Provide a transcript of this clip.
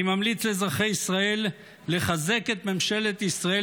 אני ממליץ לאזרחי ישראל לחזק את ממשלת ישראל